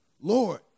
Lord